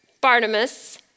Barnabas